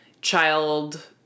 child